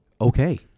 Okay